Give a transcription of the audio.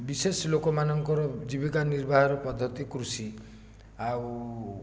ବିଶେଷ ଲୋକମାନଙ୍କର ଜୀବିକା ନିର୍ବାହର ପଦ୍ଧତି କୃଷି ଆଉ